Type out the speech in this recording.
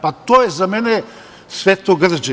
Pa to je za mene svetogrđe.